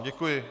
Děkuji.